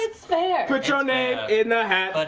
put your name in the hat. but